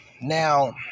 Now